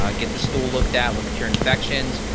um get the stool looked at, look at your infections,